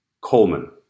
Coleman